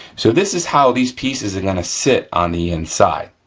so, this is how these pieces are gonna sit on the inside,